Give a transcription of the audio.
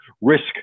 risk